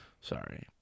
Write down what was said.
Sorry